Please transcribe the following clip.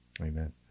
Amen